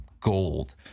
gold